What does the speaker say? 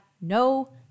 no